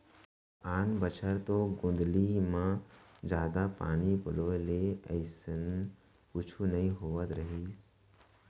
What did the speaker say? आन बछर तो गोंदली म जादा पानी पलोय ले अइसना कुछु नइ होवत रहिस